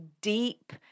deep